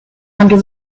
under